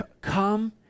Come